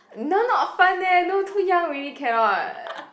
that one not fun leh no too young already cannot